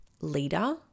leader